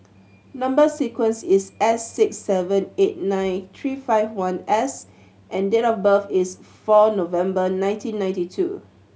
number sequence is S six seven eight nine three five one S and date of birth is four November nineteen ninety two